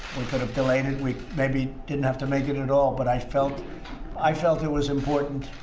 we could have delayed it. we maybe didn't have to make it it at all. but i felt i felt it was important,